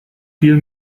viel